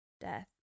death